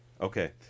Okay